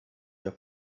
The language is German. der